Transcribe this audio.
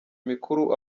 mikuru